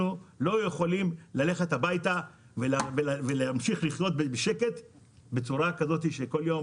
לא יכולים ללכת הביתה ולהמשיך לחיות בשקט כשכל יום